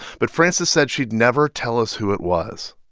but frances said she'd never tell us who it was